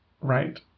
right